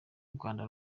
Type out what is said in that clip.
rwanda